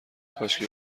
کاشکی